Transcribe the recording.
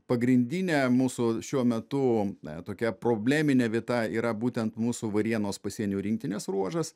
pagrindinė mūsų šiuo metu na tokia probleminė vieta yra būtent mūsų varėnos pasienio rinktinės ruožas